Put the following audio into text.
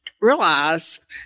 realize